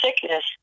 sickness